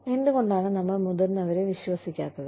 എന്തുകൊണ്ടാണ് നമ്മൾ മുതിർന്നവരെ വിശ്വസിക്കാത്തത്